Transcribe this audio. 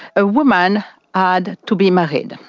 a woman ah had to be married,